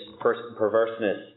perverseness